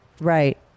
Right